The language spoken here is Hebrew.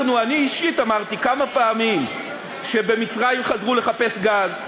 אני אישית אמרתי כמה פעמים שבמצרים חזרו לחפש גז,